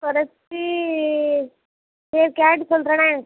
கொறைச்சி சரி கேட்டு சொல்றேனே